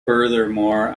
furthermore